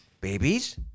babies